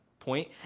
point